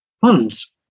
funds